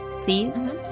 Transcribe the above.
please